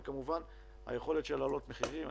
וכמובן גם היכולת להעלות מחירים.